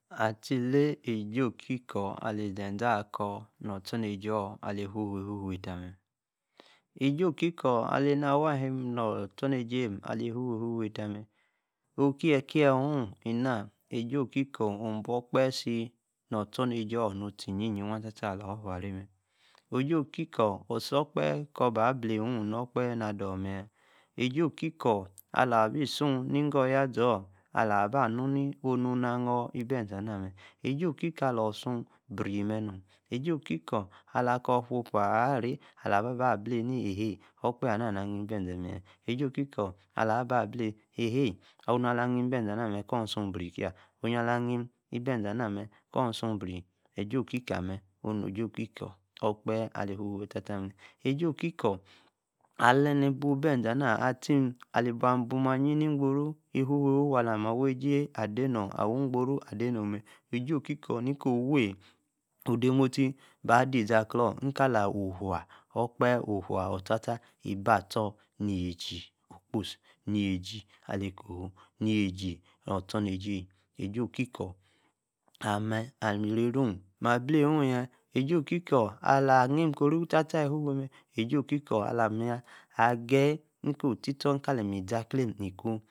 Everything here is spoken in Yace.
Attilay. ejie-okikor. ali-zeze. akor. akor. ostornej́ior ali. huu-hufuane taa mee. ejie okikor. alae-na waa-ahim-mee. no-ostornej̄īem ali. hu-hua taa-mme. okie-kie-oo. enaa. ej̄ie-okie-kor. obua. okpehe-si. nor ostornejiē-orr nom. nu-tíe. yeyínyí-waa tataa. alor wharay mee. ejie-okikor. ostor-okpehe. kor-baa bley-oh. nor-kpehe naa-ado. mee-yaa. ej̄īe-oki-kor. ala-bi-suu nigo. oyaaȝi-0rr. ala-baa nu. ni onu-na. anor ibe-eȝe. anaa mee. ej̄ie-okíkor abor-suu biree. mee nom. ej̄īe-okíkor. ala-kor who-opu. aray. ala-ba-baa blaney-ni eheea. okpehe-anaa. naa aním-íbeȝe-mee yaa. ējīe oki-kor ala-aba blanye. eheea. onu ala. aním-beȝe-anaa mee. kor isuu. breey tiaa onu ala-anim ebeȝee anaa-mee kor. isuu breey. ejie oki-kor. ammee,-ejie okikor alor okpehe. alí. hu-huay tataa mee. ojie oki-kor. alaní. íbu ebeȝe anaa. attím ali-bua. abumayi. ní gboro. e hu-huay. alamí awey-ej̄īe. ade-nu. awaa. egboro ade nu. mee-ej̄ie okikor ní-kor wey. odemostie. baa de iza-klon. nkala. ufua okpahe. ufua othiata ebí-atsor. yiej́í. okposi. yíejí alikohuu yîesi ostornejie-ey. ejie okíkor. ameee. ororo. ma-blayo-yaa. ej̄ie okíkor. ala. anìm-koro-tataa. iwho. wey mee. ej́íe okíkor. alamí-ageyi-ní ko. otistor. nkalí-mizaklae. iku